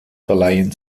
verleihen